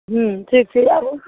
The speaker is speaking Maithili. हूँ ठीक छै आबू